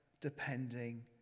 depending